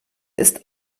ist